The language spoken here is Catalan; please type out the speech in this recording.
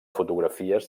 fotografies